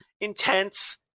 intense